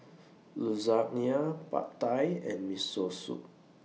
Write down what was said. Lasagna Pad Thai and Miso Soup